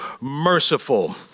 merciful